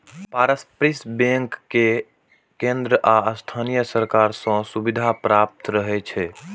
पारस्परिक बचत बैंक कें केंद्र आ स्थानीय सरकार सं सुविधा प्राप्त रहै छै